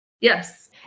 Yes